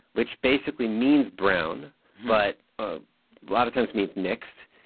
which basically means brown but a lot of times means mixed.